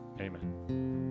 Amen